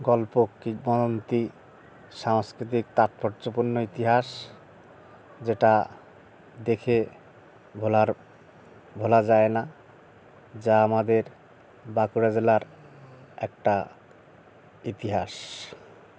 গল্প কিংবদন্তী সাংস্কৃতিক তাৎপর্যপূর্ণ ইতিহাস যেটা দেখে ভোলার ভোলা যায় না যা আমাদের বাঁকুড়া জেলার একটা ইতিহাস